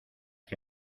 que